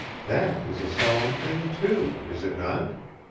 that is a solemn thing, too, is it not?